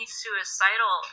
suicidal